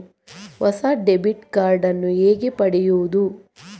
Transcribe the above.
ಹೊಸ debit card ನ್ನು ಹೇಗೆ ಪಡೆಯುದು?